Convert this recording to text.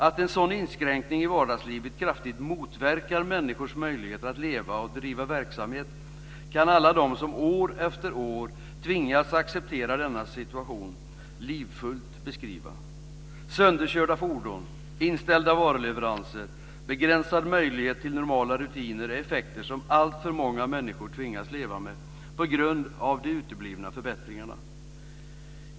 Att en sådan inskränkning i vardagslivet kraftigt motverkar människors möjlighet att leva och driva verksamhet kan alla de som år efter år tvingas acceptera denna situation livfullt beskriva. Sönderkörda fordon, inställda varuleveranser och begränsad möjlighet till normala rutiner är effekter som alltför många människor tvingas leva med på grund av de uteblivna förbättringarna.